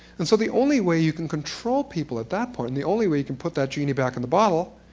and so the only way you can control people at that point, and the only way you can put that genie back in the bottle,